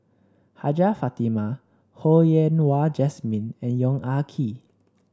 Hajjah Fatimah Ho Yen Wah Jesmine and Yong Ah Kee